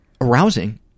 arousing